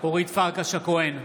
אורית פרקש הכהן,